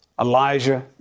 Elijah